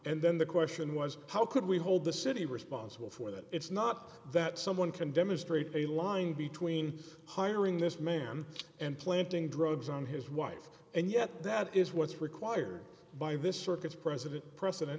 and then the question was how could we hold the city responsible for that it's not that someone can demonstrate a line between hiring this man and planting drugs on his wife and yet that is what's required by this circuit's president precedent